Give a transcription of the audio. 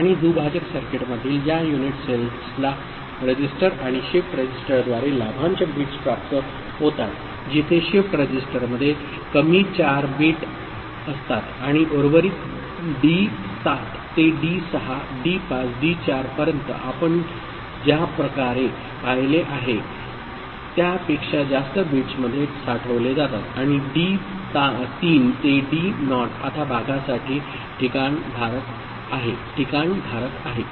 आणि दुभाजक सर्किटमधील या युनिट सेल्सला रजिस्टर आणि शिफ्ट रजिस्टरद्वारे लाभांश बिट्स प्राप्त होतात जिथे शिफ्ट रजिस्टरमध्ये कमी 4 बिट असतात आणि उर्वरित D7 ते D6 D5 D4 पर्यंत आपण ज्या प्रकारे पाहिले आहे त्यापेक्षा जास्त बिट्समध्ये साठवले जातात आणि D3 ते डी नॉट आता भागासाठी ठिकाण धारक आहे